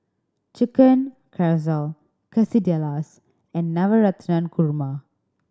Chicken Casserole Quesadillas and Navratan Korma